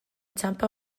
txanpa